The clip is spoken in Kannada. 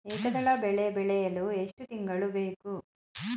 ಏಕದಳ ಬೆಳೆ ಬೆಳೆಯಲು ಎಷ್ಟು ತಿಂಗಳು ಬೇಕು?